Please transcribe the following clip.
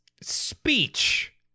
speech